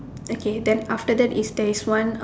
okay then after that is there is one